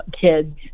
kids